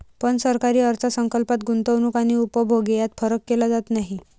पण सरकारी अर्थ संकल्पात गुंतवणूक आणि उपभोग यात फरक केला जात नाही